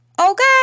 Okay